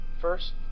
First